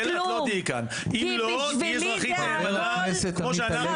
את לא תהיי כאן -- אם לא תהיי אזרחית נאמנה כמו שאנחנו